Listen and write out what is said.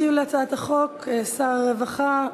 ישיב על הצעת החוק שר הרווחה,